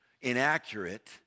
inaccurate